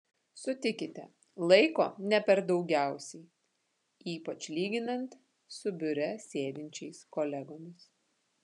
sutikite laiko ne per daugiausiai ypač lyginant su biure sėdinčiais kolegomis